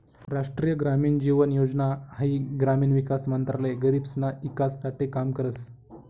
राष्ट्रीय ग्रामीण जीवन योजना हाई ग्रामीण विकास मंत्रालय गरीबसना ईकास साठे काम करस